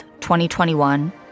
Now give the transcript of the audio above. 2021